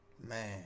Man